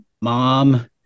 mom